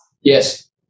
Yes